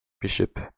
bishop